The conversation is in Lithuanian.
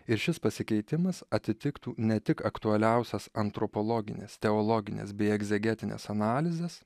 ir šis pasikeitimas atitiktų ne tik aktualiausias antropologines teologines bei egzegetines analizes